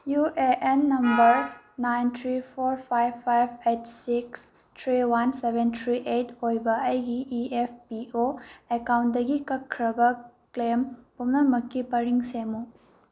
U A N number nine three four five five eight six three one seven three eight ꯑꯣꯏꯕ ꯑꯩꯒꯤ E F P O ꯑꯦꯀꯥꯎꯟꯗꯒꯤ ꯀꯛꯈ꯭ꯔꯕ claim ꯄꯨꯝꯅꯃꯛꯀꯤ ꯄꯔꯤꯡ ꯁꯦꯝꯃꯨ